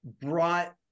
brought